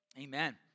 amen